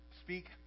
speak